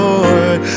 Lord